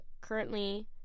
currently